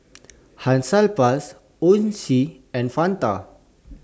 Hansaplast Oishi and Fanta